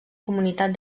comunitat